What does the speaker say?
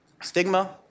Stigma